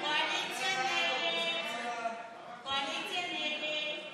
ההסתייגות (1) של קבוצת סיעת הרשימה המשותפת